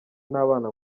n’abana